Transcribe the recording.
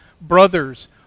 Brothers